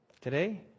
Today